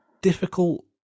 Difficult